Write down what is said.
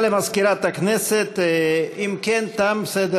ויעל כהן-פארן בנושא: סירוב